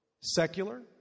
secular